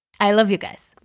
i love you, guys!